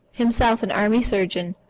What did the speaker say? himself an army surgeon,